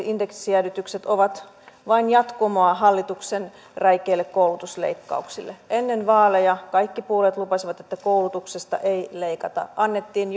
indeksijäädytykset ovat vain jatkumoa hallituksen räikeille koulutusleikkauksille ennen vaaleja kaikki puolueet lupasivat että koulutuksesta ei leikata annettiin